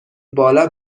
بالا